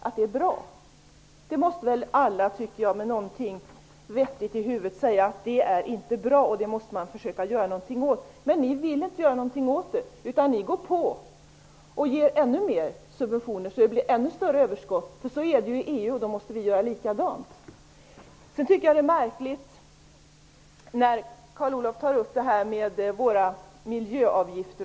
Alla som har litet vett måste väl kunna säga att detta inte är bra och att man måste försöka göra något åt saken. Men ni vill inte göra något här. I stället går ni på med ännu mer subventioner. Därmed blir det ännu större överskott. Så är det ju i EU. Således måste vi göra samma sak. Carl Olov Persson har ett märkligt resonemang bl.a. om våra miljöavgifter.